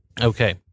Okay